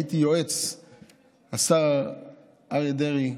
אני הייתי יועץ השר אריה דרעי